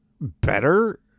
better